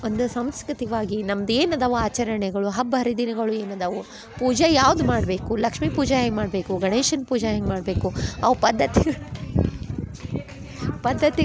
ಒಂದು ಸಾಂಸ್ಕೃತಿಕವಾಗಿ ನಮ್ದು ಏನು ಅದವೆ ಆಚರಣೆಗಳು ಹಬ್ಬ ಹರಿದಿನಗಳು ಏನು ಅದವೆ ಪೂಜೆ ಯಾವ್ದು ಮಾಡಬೇಕು ಲಕ್ಷ್ಮೀ ಪೂಜೆ ಹೆಂಗ್ ಮಾಡಬೇಕು ಗಣೇಶನ ಪೂಜೆ ಹೆಂಗೆ ಮಾಡಬೇಕು ಅವು ಪದ್ಧತಿ ಪದ್ಧತಿಗಳು